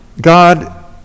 God